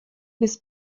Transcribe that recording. bys